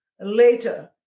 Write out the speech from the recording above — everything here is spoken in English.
later